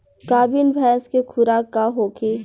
गाभिन भैंस के खुराक का होखे?